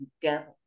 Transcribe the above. together